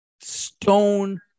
stone